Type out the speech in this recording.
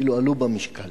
אפילו עלו במשקל.